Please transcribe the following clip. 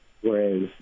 Whereas